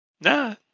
No